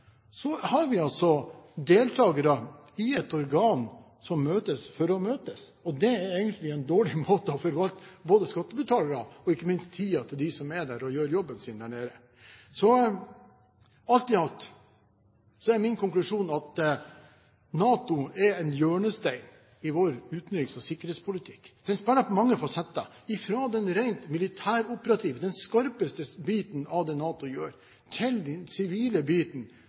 har vi deltakere i et organ som møtes for å møtes, og det er egentlig en dårlig måte å forvalte skattebetalernes penger på, og ikke minst tiden til de som er der og gjør jobben sin der nede. Alt i alt er min konklusjon at NATO er en hjørnestein i vår utenriks- og sikkerhetspolitikk. Organisasjonen spiller på mange fasetter – fra den rent militæroperative, skarpeste biten av det NATO gjør, til den sivile biten.